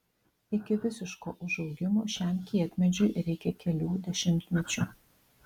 iki visiško užaugimo šiam kietmedžiui reikia kelių dešimtmečių